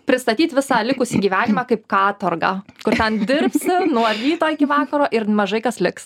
pristatyti visą likusį gyvenimą kaip katorgą kur ten dirbsi nuo ryto iki vakaro ir mažai kas liks